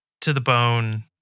to-the-bone